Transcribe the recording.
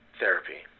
therapy